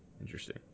Interesting